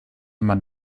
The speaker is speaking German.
man